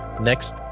next